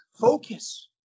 Focus